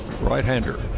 right-hander